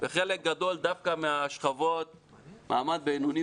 וחלק גדול דווקא מהשכבות של מעמד בינוני